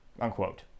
Unquote